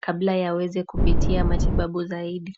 kabla yaweze kupitia matibabu zaidi.